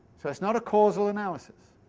so it's not a causal analysis.